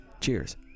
cheers